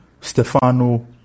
Stefano